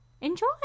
enjoy